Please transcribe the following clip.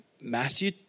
Matthew